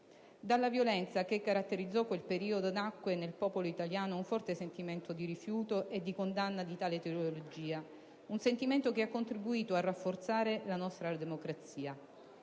Dalla violenza che caratterizzò quel periodo nacque nel popolo italiano un forte sentimento di rifiuto e di condanna di tale ideologia, un sentimento che ha contribuito a rafforzare la nostra democrazia.